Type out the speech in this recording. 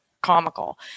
comical